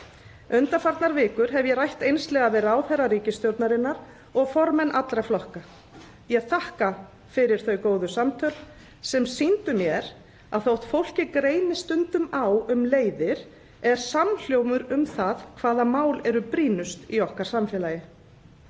Undanfarnar vikur hef ég rætt einslega við ráðherra ríkisstjórnarinnar og formenn allra flokka. Ég þakka fyrir þau góðu samtöl sem sýndu mér að þótt fólk greini stundum á um leiðir er samhljómur um það hvaða mál eru brýnust í okkar samfélagi.